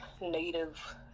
native